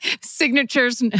Signatures